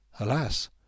Alas